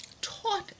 taught